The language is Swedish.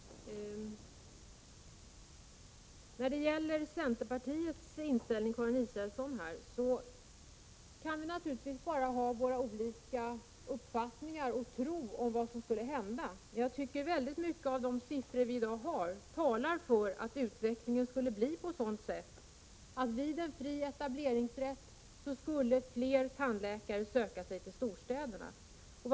Herr talman! Vad gäller centerpartiets inställning, Karin Israelsson, kan vi bara ha våra olika uppfattningar om vad som skulle hända, men mycket av de siffror som vi i dag har talar för att utvecklingen skulle bli sådan att fler tandläkare skulle söka sig till storstäderna, om fri etableringsrätt infördes.